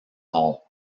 hall